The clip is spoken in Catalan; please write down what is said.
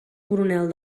coronel